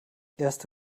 erste